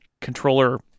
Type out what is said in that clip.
controller